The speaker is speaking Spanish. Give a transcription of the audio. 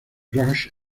crash